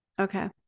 Okay